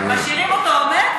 משאירים אותו עומד,